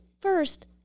first